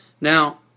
Now